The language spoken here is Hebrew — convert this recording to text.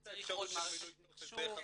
בשביל זה צריך עוד